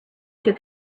took